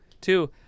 two